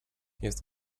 jest